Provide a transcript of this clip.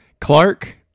Clark